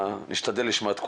נשתדל לשמוע את כולם.